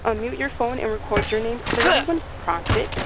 ah mute your phone, and record your name clearly when prompted.